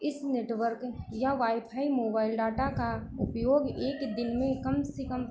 इस नेटवर्क या wifi mobile data का उपयोग एक दिन में कम से कम